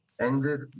ended